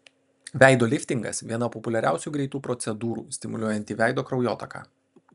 veido liftingas viena populiariausių greitų procedūrų stimuliuojanti veido kraujotaką